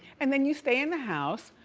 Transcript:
and then you stay in the house,